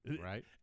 right